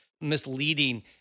misleading